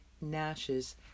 Nash's